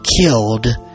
killed